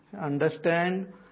understand